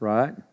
Right